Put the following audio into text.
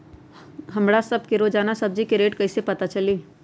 हमरा सब के रोजान सब्जी के रेट कईसे पता चली?